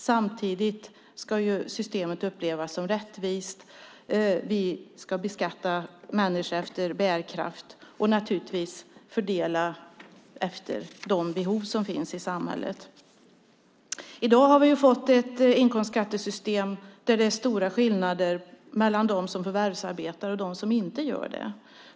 Samtidigt ska systemet upplevas som rättvist. Vi ska beskatta människor efter bärkraft och naturligtvis fördela efter de behov som finns i samhället. I dag har vi fått ett inkomstskattesystem där det är stora skillnader mellan de som förvärvsarbetar och de som inte gör det.